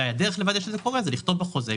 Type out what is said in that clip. זה אומר לכתוב בחוזה,